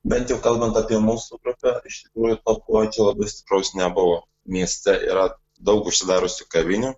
bent jau kalbant apie mūsų grupę iš tikrųjų to kuo čia labai stipraus nebuvo mieste yra daug užsidariusių kavinių